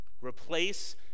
replace